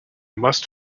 must